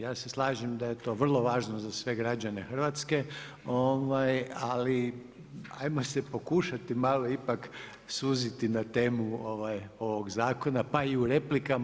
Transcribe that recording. Ja se slažem da je to vrlo važno za sve građane Hrvatske, ali hajmo se pokušati malo ipak suziti na temu ovog zakona, pa i u replikama.